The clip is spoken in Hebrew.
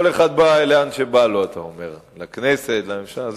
כל אחד בא לאן שבא לו, אתה אומר, לכנסת, לממשלה.